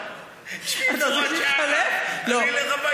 עוד שעה, אני אלך הביתה.